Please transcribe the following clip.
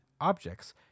objects